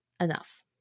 enough